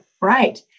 Right